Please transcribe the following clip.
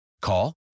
Call